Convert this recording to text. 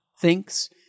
thinks